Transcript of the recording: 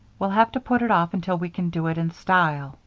we'll have to put it off until we can do it in style.